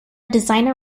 designer